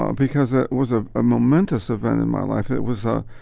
um because it was ah a momentous event in my life. it was. ah